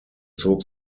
zog